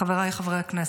חבריי חברי הכנסת,